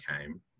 came